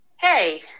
Hey